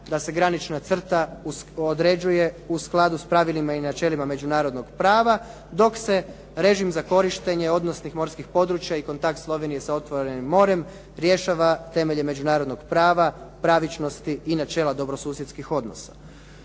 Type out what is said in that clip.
da se granična crta određuje u skladu s pravilima i načelima međunarodnog prava, dok se režim za korištenje odnosnih morskih područja i kontakt Slovenije sa otvorenim morem rješava temeljem međunarodnog prava, pravičnosti i načela dobrosusjedskih odnosa.